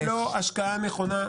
זו לא השקעה נכונה,